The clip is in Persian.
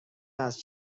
است